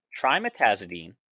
Trimetazidine